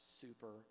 super